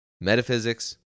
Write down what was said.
metaphysics